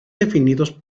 definidos